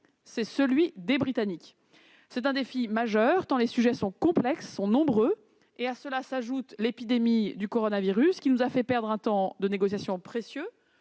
de celui des Britanniques. Le défi est majeur, tant les sujets sont complexes et nombreux. À cela s'ajoute l'épidémie du coronavirus, qui nous a fait perdre un temps de négociation précieux,